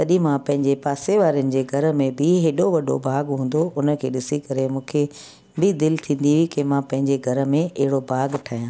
तॾहिं मां पंहिंजे पासे वारनि जे घर में बि हेॾो वॾो बाग़ु हूंदो हुओ उन खे ॾिसी करे मूंखे बि दिलि थीदी हुई की मां पंहिंजे घर में अहिड़ो बाग़ु ठाहियां